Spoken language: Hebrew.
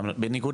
כן,